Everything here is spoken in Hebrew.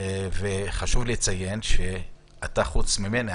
חשוב לציין שחוץ ממני,